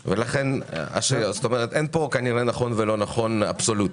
אין פה נכון ולא נכון מוחלט,